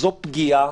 זו פגיעה